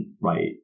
right